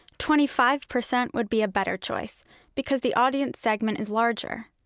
twenty five percent would be a better choice because the audience segment is larger,